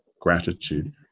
gratitude